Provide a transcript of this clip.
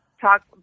talk